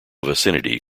vicinity